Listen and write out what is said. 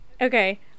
Okay